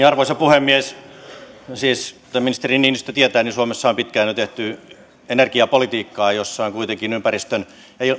arvoisa puhemies kuten edustaja niinistö tietää suomessa on jo pitkään tehty energiapolitiikkaa jossa on kuitenkin ympäristön